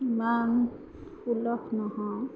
ইমান সুলভ নহয়